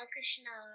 Krishna